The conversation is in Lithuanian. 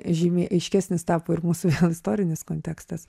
žymiai aiškesnis tapo ir mūsų istorinis kontekstas